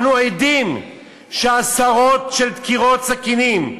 אנחנו עדים לכך שעשרות של דקירות סכינים,